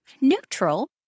neutral